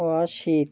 Asit